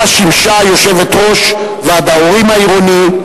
שבה שימשה יושבת-ראש ועד ההורים העירוני,